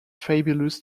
fabulous